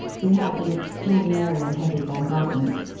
we had an extraordinarily heavy bombardment.